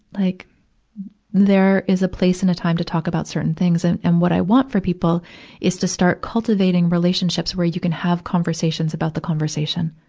like there is a place and a time to talk about certain things. and, and what i want for people is to start cultivating relationships where you can have conversations about the conversation,